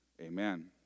Amen